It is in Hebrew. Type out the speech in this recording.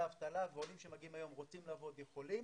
אבטלה ועולים שמגיעים היום רוצים לעבוד ויכולים.